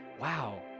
wow